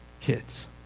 kids